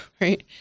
right